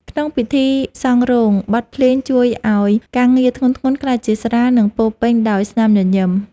ក្នុងពិធីសង់រោង បទភ្លេងជួយឱ្យការងារធ្ងន់ៗក្លាយជាស្រាល និងពោរពេញដោយស្នាមញញឹម។